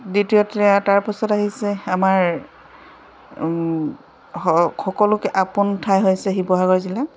দ্বিতীয়তে তাৰপাছত আহিছে আমাৰ সকলোকে আপোন ঠাই হৈছে শিৱসাগৰ জিলা